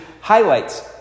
highlights